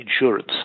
insurance